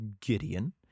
gideon